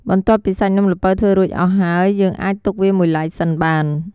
បន្ទាប់ពីសាច់នំល្ពៅធ្វើរួចរាល់អស់ហើយ យើងអាចទុកវាមួយឡែកសិនបាន។